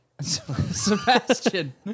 Sebastian